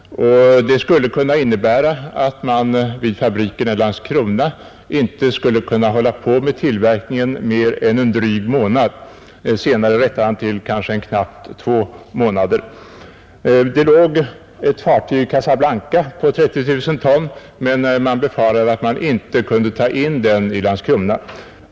Den kunde medföra att man vid fabrikerna i Landskrona inte skulle kunna fortsätta med tillverkningen mer än en dryg månad. Senare ändrade han denna uppgift till knappt två månader. Man väntade ett fartyg som låg i Casablanca på 30 000 ton, men man befarade att det inte skulle vara möjligt att utan lots ta in fartyget till Landskrona.